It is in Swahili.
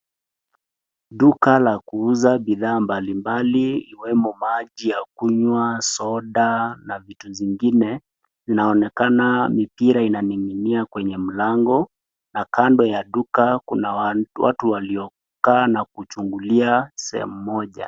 Duka la kuuza bidhaa mbalimbali iwemo maji ya kunywa, soda na vitu zingine. Inaonekana mipira inaning'inia kwenye mlango na kando ya duka kuna watu waliokaa na kuchungulia sehemu moja.